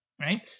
right